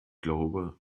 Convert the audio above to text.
glaube